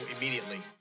immediately